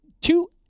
two